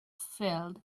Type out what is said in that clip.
field